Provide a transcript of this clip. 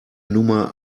nummer